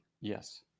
Yes